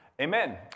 Amen